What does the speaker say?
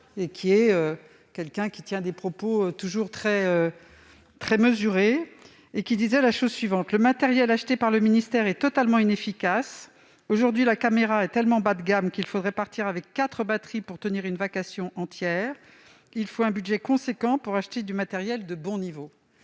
de la police nationale, il est toujours très mesuré. Il a déclaré récemment :« Le matériel acheté par le ministère est totalement inefficace. Aujourd'hui, la caméra est tellement bas de gamme qu'il faudrait partir avec quatre batteries pour tenir une vacation entière. Il faut un budget conséquent pour acheter du matériel de bon niveau. »